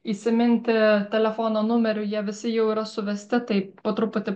įsiminti telefono numerių jie visi jau yra suvesti taip po truputį